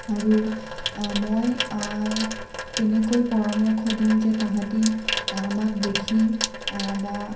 আৰু মই তেনেকৈ পৰামৰ্শ দিম যে তাহাঁতে আমাক দেখি বা